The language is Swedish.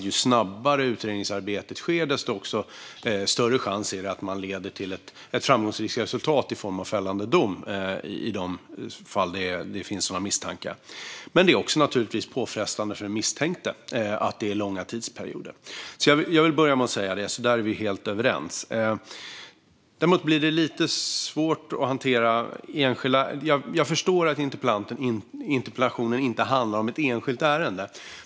Ju snabbare utredningsarbetet sker, desto större chans är det att det leder till ett framgångsrikt resultat i form av fällande dom i de fall det finns några misstankar. Det är också påfrestande för den misstänkte att det är långa tidsperioder. Jag vill börja med att säga det. Där är vi helt överens. Jag förstår att interpellationen inte handlar om ett enskilt ärende.